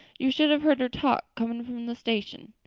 you should have heard her talk coming from the station.